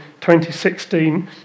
2016